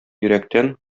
йөрәктән